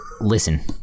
Listen